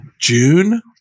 June